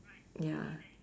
ya